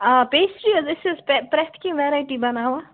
آ پیسٹرٛی حظ أسۍ حظ چھُ پرٛتھ کیٚنٛہہ ویرایٹی بَناوان